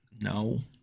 No